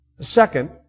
Second